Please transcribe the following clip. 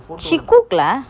she cook lah